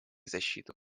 защиту